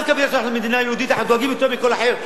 דווקא בהיותנו מדינה יהודית אנחנו דואגים יותר מכל אחד אחר,